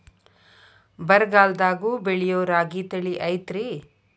ಬರಗಾಲದಾಗೂ ಬೆಳಿಯೋ ರಾಗಿ ತಳಿ ಐತ್ರಿ?